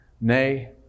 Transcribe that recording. Nay